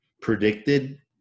predicted